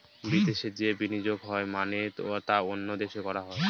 বিদেশে যে বিনিয়োগ হয় মানে তা অন্য দেশে করা হয়